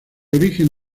origen